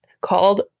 called